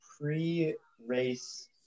pre-race